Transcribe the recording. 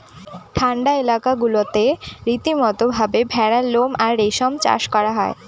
ঠান্ডা এলাকা গুলাতে রীতিমতো ভাবে ভেড়ার লোম আর রেশম চাষ করা হয়